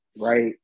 right